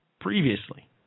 previously